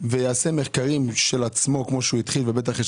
ויעשה מחקרים של עצמו כפי שהתחיל ובטח יש